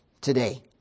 today